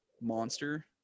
monster